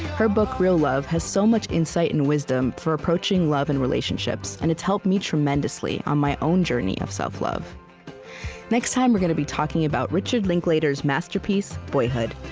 her book, real love, has so much insight and wisdom for approaching love and relationships, and it's helped me tremendously on my own journey of self-love next time, we're going to be talking about richard linklater's masterpiece, boyhood.